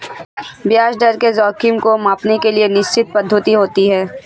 ब्याज दर के जोखिम को मांपने के लिए निश्चित पद्धति होती है